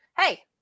hey